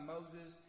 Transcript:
Moses